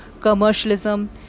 commercialism